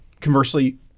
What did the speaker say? conversely